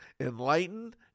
enlightened